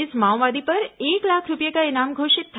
इस माओवादी पर एक लाख रूपए का इनाम घोषित था